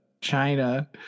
China –